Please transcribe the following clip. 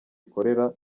ikorera